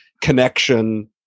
connection